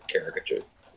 caricatures